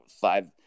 five